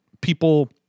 People